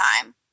time